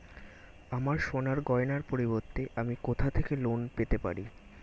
আমার সোনার গয়নার পরিবর্তে আমি কোথা থেকে লোন পেতে পারি?